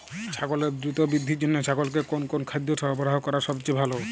ছাগলের দ্রুত বৃদ্ধির জন্য ছাগলকে কোন কোন খাদ্য সরবরাহ করা সবচেয়ে ভালো?